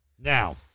Now